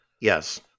Yes